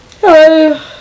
Hello